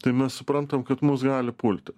tai mes suprantam kad mus gali pulti